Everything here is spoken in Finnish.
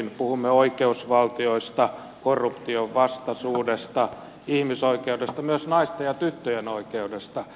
puhumme oikeusvaltioista korruptionvastaisuudesta ihmisoikeudesta myös naisten ja tyttöjen oikeudesta